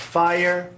fire